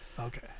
okay